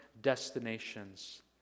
destinations